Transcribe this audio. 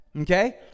Okay